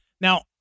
now